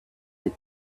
that